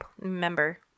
member